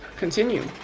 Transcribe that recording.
continue